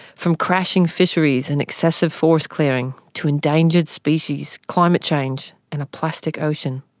from crashing fisheries and excessive forest clearing, to endangered species, climate change, and a plastic ocean.